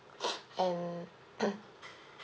and